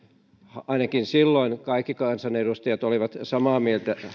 ainakin silloin kaikki kansanedustajat olivat samaa mieltä